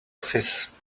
office